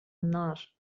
النار